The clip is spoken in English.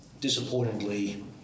Disappointingly